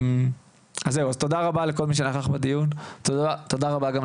תודה רבה לכל